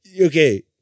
Okay